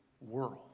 world